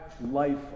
life